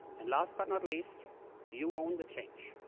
and last, but not least you own the change.